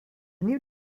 new